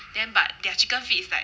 then but their chicken feet is like